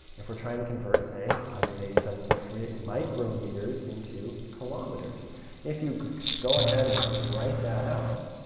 if we're trying to convert, say, one hundred and eighty seven point three micrometers into kilometers if you could just go ahead and write that out